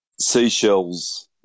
seashells